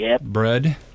bread